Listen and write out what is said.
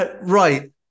Right